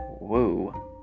Woo